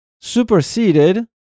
superseded